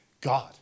God